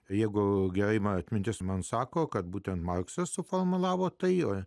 jeigu galima atmintis man sako kad būtent maksas suformulavo tai ką